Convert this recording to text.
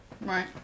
Right